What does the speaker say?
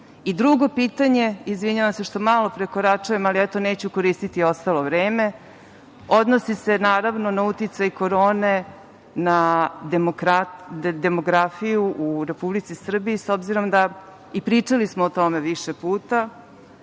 pitanje, izvinjavam se što malo prekoračujem, ali neću koristiti ostalo vreme, odnosi se naravno na uticaj korone na demografiju u Republici Srbiji s obzirom da, pričali smo o tome više puta,